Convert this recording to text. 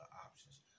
options